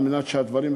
על מנת שהדברים,